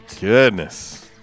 Goodness